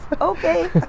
Okay